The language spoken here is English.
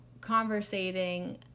conversating